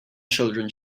children